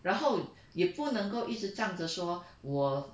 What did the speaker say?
然后也不能够一直站着说我